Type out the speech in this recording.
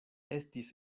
estis